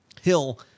hill